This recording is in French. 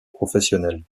professionnel